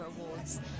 awards